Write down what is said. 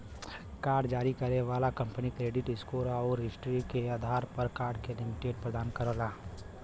card जारी करे वाला कंपनी क्रेडिट स्कोर आउर हिस्ट्री के आधार पर कार्ड क लिमिट प्रदान करला